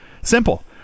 Simple